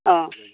অঁ